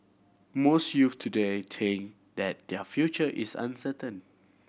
most youth today think that their future is uncertain